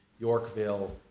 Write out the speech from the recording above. Yorkville